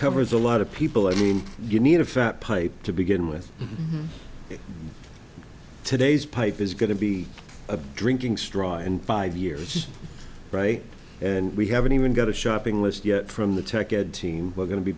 covers a lot of people i mean you need a fat pipe to begin with today's pipe is going to be a drinking straw in five years right and we haven't even got a shopping list yet from the tech ed team we're going to be